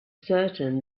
certain